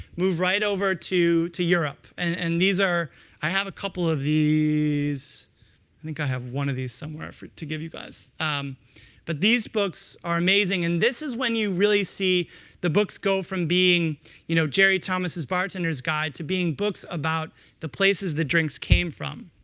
move right over to to europe. and and these are i have a couple of these i think i have one of these somewhere to give you guys but these books are amazing. and this is when you really see the books go from being you know jerry thomas' bartender's guide to being books about the places that drinks came from.